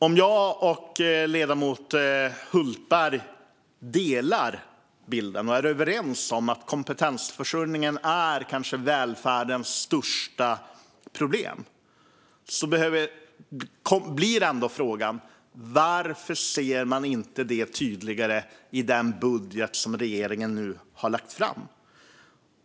Om jag och ledamoten Hultberg delar bilden och är överens om att kompetensförsörjningen är välfärdens kanske största problem blir ändå frågan: Varför ser man inte det tydligare i den budget som regeringen nu har lagt fram?